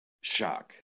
shock